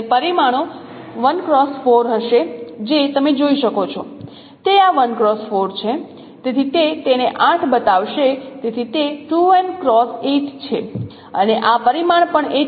અને પરિમાણો જે તમે જોઈ શકો છો તે આ છે તેથી તે તેને 8 બનાવશે તેથી તે છે અને આ પરિમાણ પણ છે